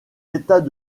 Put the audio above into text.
états